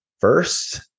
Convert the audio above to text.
first